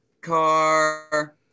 car